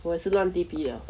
我也是烂 bi bi liao